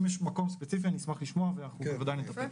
אם יש מקום ספציפי אני אשמח לשמוע ואנחנו בוודאי נטפל.